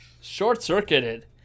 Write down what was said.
short-circuited